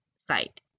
site